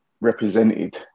represented